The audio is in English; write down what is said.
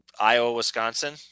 Iowa-Wisconsin